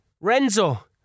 Renzo